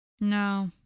No